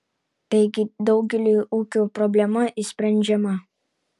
taigi daugeliui ūkių problema išsprendžiama